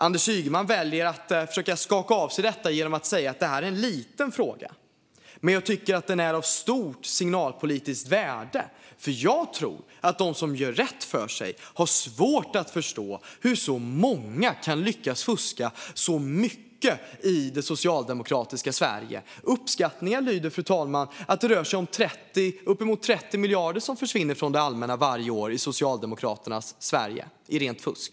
Anders Ygeman väljer att försöka skaka av sig detta genom att säga att det är en liten fråga. Men jag tycker att den är av stort signalpolitiskt värde. Jag tror att de som gör rätt för sig har svårt att förstå hur så många kan lyckas fuska så mycket i det socialdemokratiska Sverige. Fru talman! Uppskattningar lyder att det rör sig om uppemot 30 miljarder som försvinner från det allmänna varje år i Socialdemokraternas Sverige i rent fusk.